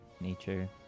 nature